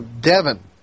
Devon